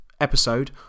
episode